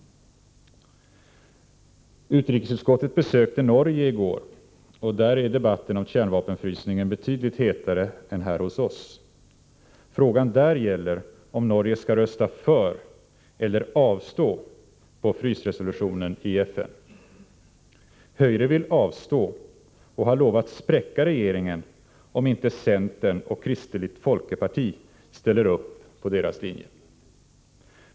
Utrikesutskottet besökte Norge i går. Där är debatten om kärnvapenfrysningen betydligt hetare än här hos oss. Frågan där gäller om Norge skall rösta för eller avstå när det gäller frysresolutionen i FN. Höyre vill avstå och har lovat spräcka regeringen om inte centern och kristeligt folkeparti ställer upp på deras linje.